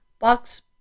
box